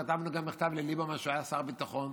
כתבנו גם מכתב לליברמן כשהוא היה שר הביטחון,